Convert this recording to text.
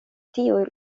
tiuj